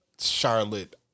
Charlotte